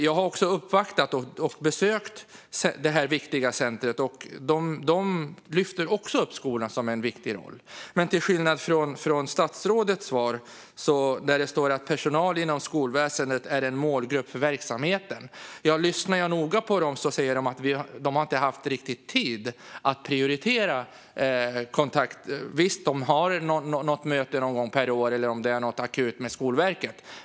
Jag har uppvaktat och besökt det här viktiga centret, och de lyfter också upp skolans viktiga roll. Men det är skillnad mot i statsrådets svar, där det står att personal inom skolväsendet är en målgrupp för verksamheten. Om jag lyssnar noga på centret hör jag att de säger att de inte riktigt har haft tid att prioritera kontakt. Visst - de har något möte per år eller om det är något akut med Skolverket.